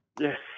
Yes